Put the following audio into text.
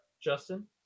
Justin